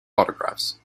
autographs